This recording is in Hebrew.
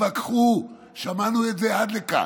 התווכחו, שמענו את זה עד לכאן.